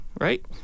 Right